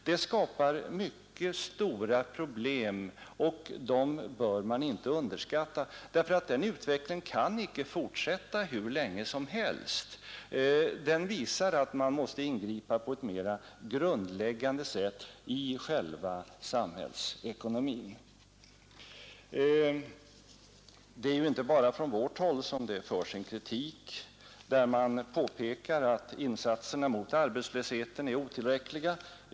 Det skapar mycket stora problem, och dem bör man inte underskatta. Den utvecklingen kan nämligen inte fortsätta hur länge som helst; den visar att man måste ingripa på ett mera grundläggande sätt i själva samhällsekonomin. Det är inte bara från vårt håll som det framförs kritik mot att insatserna mot arbetslösheten är otillräckliga.